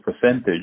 percentage